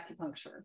acupuncture